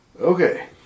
Okay